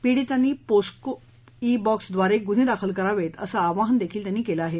पीडीतांनी POCSO e बॉक्सद्वारे गुन्हे दाखल करावेत असं आवाहनही त्यांनी केलं आहे